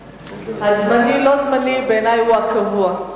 זמני, לא זמני, בעיני הוא הקבוע.